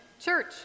church